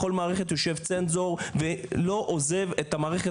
בכל מערכת יושב צנזור ולא עוזב את המערכת